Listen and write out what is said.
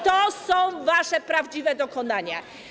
To są wasze prawdziwe dokonania.